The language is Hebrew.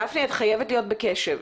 דפני, את חייבת להיות בקשב.